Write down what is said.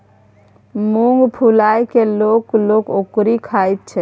मुँग फुलाए कय लोक लोक ओकरी खाइत छै